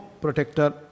protector